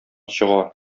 чыга